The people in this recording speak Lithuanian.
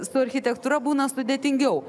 su architektūra būna sudėtingiau